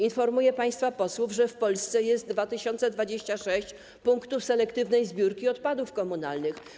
Informuję państwa posłów, że w Polsce jest 2026 punktów selektywnej zbiórki odpadów komunalnych.